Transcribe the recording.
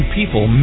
people